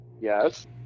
yes